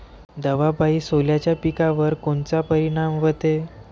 दवापायी सोल्याच्या पिकावर कोनचा परिनाम व्हते?